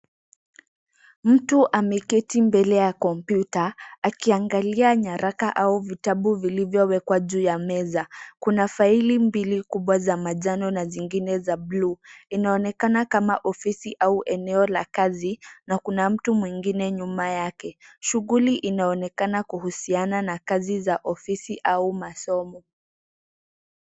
Mtu ameketi mbele ya kompyuta akiangalia nyaraka au vitabu vilivyowekwa juu ya meza kuna faili mbili kubwa za manjano na zingine za bluu, inaonekena kama ofisi au eneo la kazi na kuna mtu mwingine nyuma yake. Shughuli inaonekena kuhusiana na kazi za ofisi au masomo.